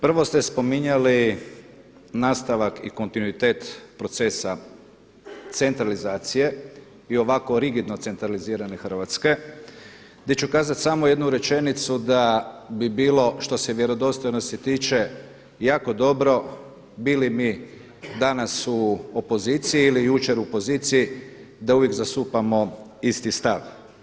Prvo ste spominjali nastavak i kontinuitet procesa centralizacije i ovako rigidno centralizirane Hrvatske gdje ću kazati samo jednu rečenicu da bi bilo što se vjerodostojnosti tiče jako dobro bili mi danas u opoziciji ili jučer u poziciji da uvijek zastupamo isti stav.